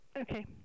Okay